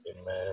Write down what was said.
Amen